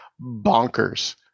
bonkers